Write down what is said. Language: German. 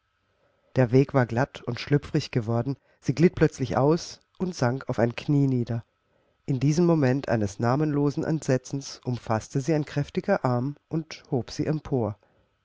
der weg war glatt und schlüpfrig geworden sie glitt plötzlich aus und sank auf ein knie nieder in diesem moment eines namenlosen entsetzens umfaßte sie ein kräftiger arm und hob sie empor